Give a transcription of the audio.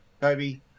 Toby